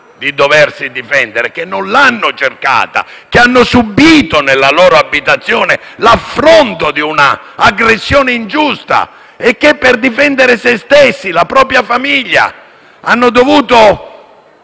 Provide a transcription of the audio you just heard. di doversi difendere, che non l'hanno cercata, che hanno subìto nella loro abitazione l'affronto di un'aggressione ingiusta e che, per difendere se stessi e la propria famiglia, hanno dovuto